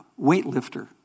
weightlifter